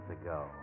ago